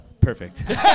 Perfect